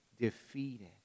defeated